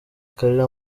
kalira